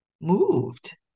moved